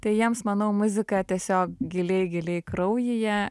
tai jiems manau muzika tiesiog giliai giliai kraujyje